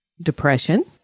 Depression